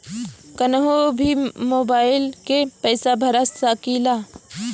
कन्हू भी मोबाइल के पैसा भरा सकीला?